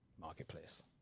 Marketplace